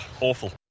awful